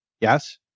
yes